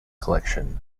collection